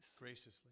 graciously